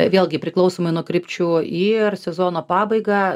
vėlgi priklausomai nuo krypčių į ar sezono pabaigą